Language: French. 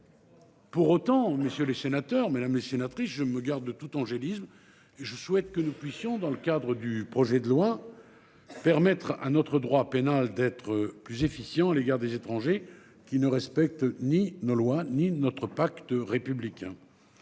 Pour autant, messieurs les sénateurs, Mesdames les sénatrices je me garde de tout angélisme et je souhaite que nous puissions dans le cadre du projet de loi. Permettre un autre droit pénal d'être plus efficient à l'égard des étrangers qui ne respectent ni nos lois ni de notre pacte républicain.